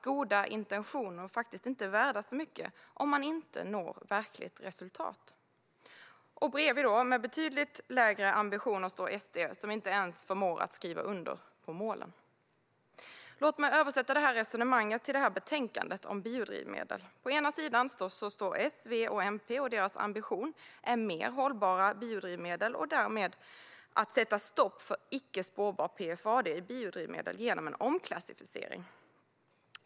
Goda intentioner är inte värda särskilt mycket om man inte når verkligt resultat. Och bredvid, med betydligt lägre ambitioner, står SD, som inte ens förmår skriva under på målen. Låt mig översätta det här resonemanget till det här betänkandet om biodrivmedel. På den ena sidan står S, V och MP. Deras ambition är att det ska bli mer hållbara drivmedel och att man ska sätta stopp för icke spårbar PFAD i biodrivmedel genom en omklassificering.